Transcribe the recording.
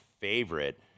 favorite